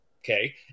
okay